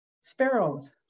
Sparrows